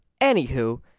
Anywho